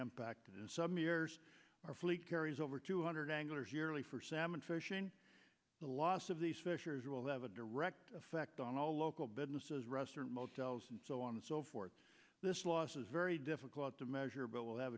impacted some years our fleet carries over two hundred anglers yearly for salmon fishing the loss of these fishers will have a direct effect on all local businesses restaurant motels and so on and so forth this loss is very difficult to measure but will have